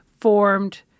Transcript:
formed